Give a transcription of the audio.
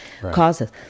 causes